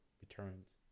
returns